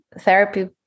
therapy